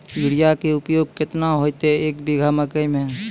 Urea के उपयोग केतना होइतै, एक बीघा मकई मे?